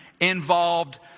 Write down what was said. involved